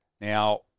Now